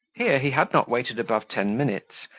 here he had not waited above ten minutes,